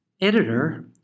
editor